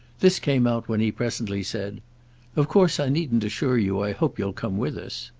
this came out when he presently said of course i needn't assure you i hope you'll come with us.